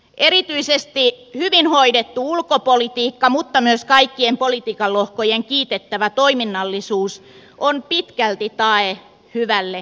erityisesti hyvin hoidettu ulkopolitiikka mutta myös kaikkien politiikan lohkojen kiitettävä toiminnallisuus on pitkälti tae hyvälle turvallisuuskehitykselle